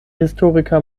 historiker